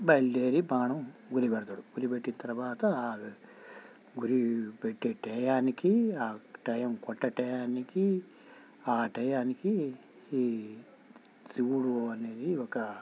బయలుదేరి బాణం గురి పెడతడు గురి పెట్టిన తర్వాత గురి పెట్టే టయానికి ఆ టయం కొట్టే టయానికి ఆ టయానికి ఈ శివుడు అనేది ఒక